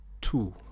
two